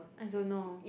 I don't know